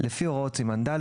לפי הוראות סימן ד',